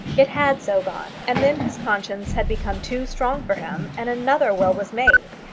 it had so gone, and then his conscience had become too strong for him, and another will was made.